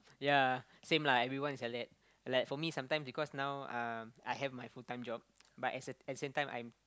ya same lah everyone is like that like for me sometimes because now um I have my full time job but as at at same time I'm